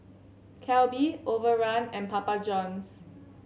Calbee Overrun and Papa Johns